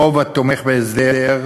רוב התומך בהסדר,